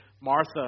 Martha